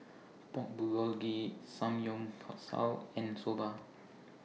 Pork Bulgogi Samgyeopsal and Soba